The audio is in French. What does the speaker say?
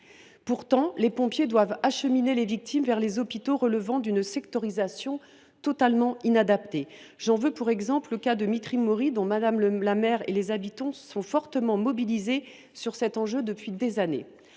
Pourtant, les pompiers doivent acheminer les victimes vers les hôpitaux selon une sectorisation totalement inadaptée. J’en veux pour exemple le cas de Mitry Mory, dont la maire et les habitants sont fortement mobilisés à propos de cet enjeu depuis des années.